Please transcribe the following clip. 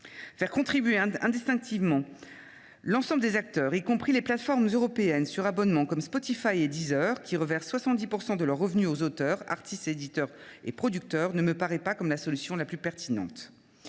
Faire contribuer indistinctement l’ensemble des acteurs, y compris les plateformes européennes sur abonnement comme Spotify et Deezer, qui reversent 70 % de leurs revenus aux auteurs, artistes, éditeurs et producteurs, ne me paraît pas être la solution la plus pertinente.